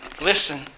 listen